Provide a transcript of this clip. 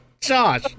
Josh